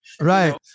Right